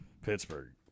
Pittsburgh